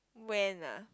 when ah